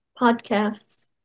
podcasts